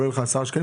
עולה 10 שקלים,